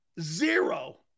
Zero